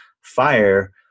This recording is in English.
fire